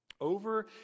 over